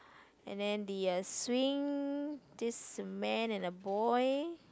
and then the swing this man and a boy